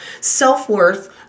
self-worth